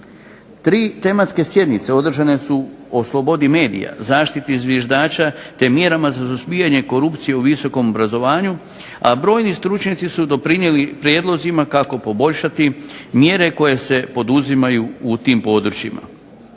Tri tematske sjednice održane su o slobodi medija, zaštiti zviždača te mjerama za suzbijanje korupcije u visokom obrazovanju, a brojni stručnjaci su doprinijeli prijedlozima kako poboljšati mjere koje se poduzimaju u tim područjima.